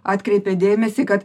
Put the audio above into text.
atkreipė dėmesį kad